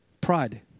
Pride